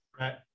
right